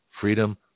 freedom